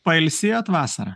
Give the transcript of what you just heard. pailsėjot vasarą